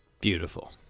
Beautiful